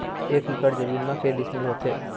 एक एकड़ जमीन मा के डिसमिल होथे?